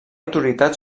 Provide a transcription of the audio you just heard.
autoritat